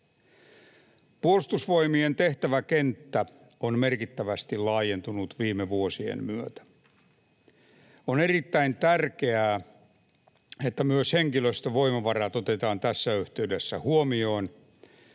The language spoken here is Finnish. Puolustusvoimien tehtäväkenttä on merkittävästi laajentunut viime vuosien myötä. On erittäin tärkeää, että myös henkilöstövoimavarat otetaan tässä yhteydessä huomioon